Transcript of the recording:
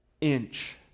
inch